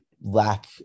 lack